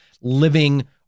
living